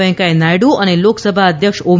વૈકેયા નાયડું અને લોકસભા અધ્યક્ષ ઓમ